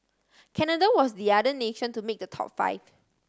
Canada was the other nation to make the top five